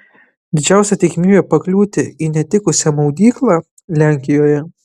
didžiausia tikimybė pakliūti į netikusią maudyklą lenkijoje